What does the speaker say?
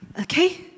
Okay